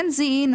כן זיהינו